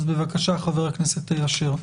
אז בבקשה, חבר הכנסת אשר.